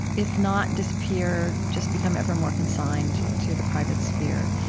if not disappear, just become ever more consigned and to the private sphere.